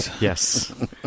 yes